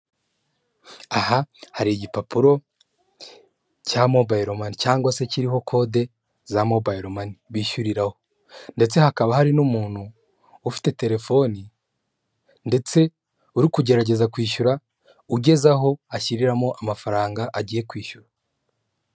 Aha hari igipapuro cya mobayiro mani cyangwa se kiriho kode za mobayiro mani bishyuriraho ndetse hakaba hari n'umuntu ufite telefoni ndetse uri kugerageza kwishyura ugeze aho ashyiriramo amafaranga agiye kwishyura.